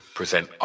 present